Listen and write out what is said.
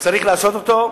וצריך לעשות אותו.